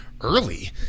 early